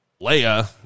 Leia